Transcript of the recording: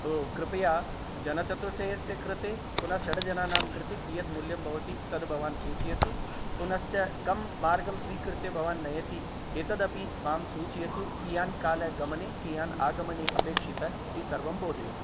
तो कृपया जनचतुष्टयस्य कृते पुनः षड्जनानां कृते कियत् मूल्यं भवति तद् भवान् सूचयतु पुनश्च कं मार्गं स्वीकृत्य भवान् नयति एतद् अपि मां सूचयतु कियान् कालः गमने कियान् आगमने अपेक्षितः इति सर्वं बोधयतु